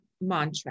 mantra